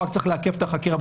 הוא רק צריך לעכב את החקירה,